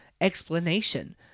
explanation